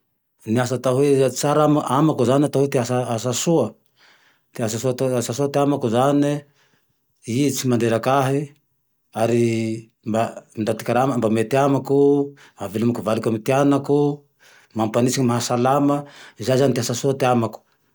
Ny asa tsara amako, ty asa soa, asa soa ty amako zane, i tsy mandreraky ahe ary mba nda ty karamane mety amako, ahavelomako valiko amy ty anako, mampanitsaky, mahasalama. Zay zane ty asa soa amako.